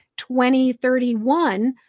2031